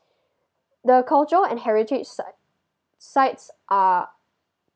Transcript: the culture and heritage sit~ sites are